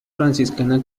franciscana